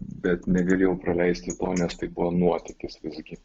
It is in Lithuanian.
bet negalėjau praleisti to nes tai buvo nuotykis visgi